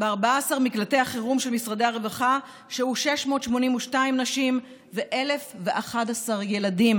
ב-14 מקלטי החירום של משרד הרווחה שהו 682 נשים ו-1,011 ילדים